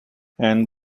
and